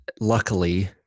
luckily